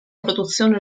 produzione